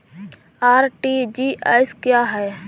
RTGS क्या है?